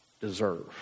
deserve